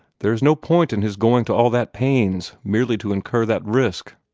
there is no point in his going to all that pains, merely to incur that risk.